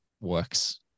works